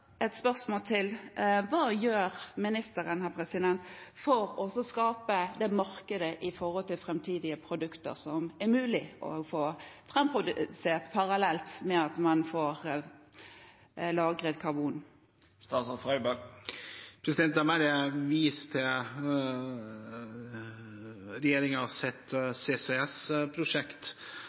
et spørsmål til: Hva gjør ministeren for å skape det markedet med tanke på framtidige produkter som er mulig å få produsert parallelt med at man får lagret karbon? La meg bare vise til regjeringens CCS-prosjekt og til